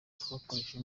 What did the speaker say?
twakoreye